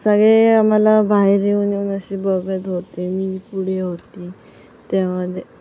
सगळे आम्हाला बाहेर येऊन येऊन असे बघत होते मी पुढे होती त्यामध्ये